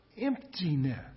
emptiness